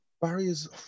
Barriers